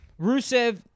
Rusev